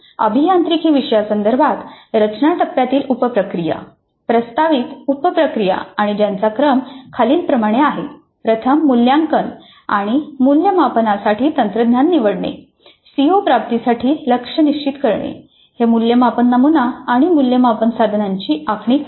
अभियांत्रिकी विषया संदर्भात रचना टप्प्यातील उप प्रक्रिया प्रस्तावित उप प्रक्रिया आणि त्यांचा क्रम खालीलप्रमाणे आहे प्रथम मूल्यांकन आणि मूल्यमापनासाठी तंत्रज्ञान निवडणे सीओ प्राप्तीसाठी लक्ष्य निश्चित करणे मूल्यमापन नमुना आणि मूल्यमापन साधनांची आखणी करणे